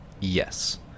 yes